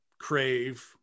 crave